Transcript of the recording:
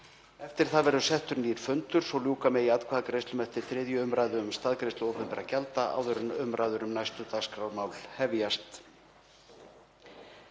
Eftir það verður settur nýr fundur svo ljúka megi atkvæðagreiðslum eftir 3. umræðu um staðgreiðslu opinberra gjalda áður en umræður um næstu dagskrármál hefjast.